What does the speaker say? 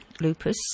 lupus